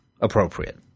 appropriate